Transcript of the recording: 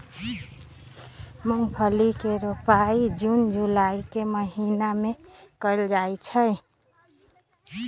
मूंगफली के रोपाई जून जुलाई के महीना में कइल जाहई